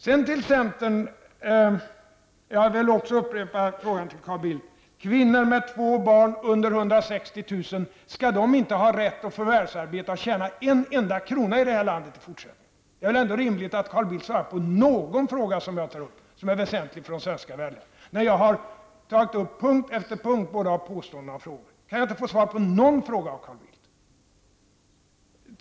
Jag vill också upprepa frågan till Carl Bildt: Skall kvinnor med två barn och under 160 000 kr. i årsinkomst inte ha rätt att förvärvsarbeta och tjäna en enda krona här i landet i fortsättningen? Det är väl ändå rimligt att Carl Bildt svarar på någon av de frågor som jag har tagit upp och som är väsentliga för de svenska väljarna. Jag har på punkt efter punkt både gjort påståenden och ställt frågor -- kan jag inte få svar på någon av dessa punkter av Carl Bildt?